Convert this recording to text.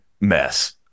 mess